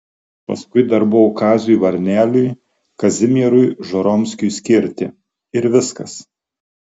paskui dar buvo kaziui varneliui kazimierui žoromskiui skirti ir viskas